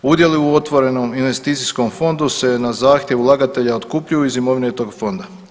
Udjeli u otvorenom investicijskom fondu se na zahtjev ulagatelja otkupljuju iz imovine tog fonda.